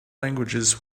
languages